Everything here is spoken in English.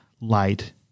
light